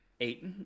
eight